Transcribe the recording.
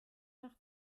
nach